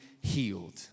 healed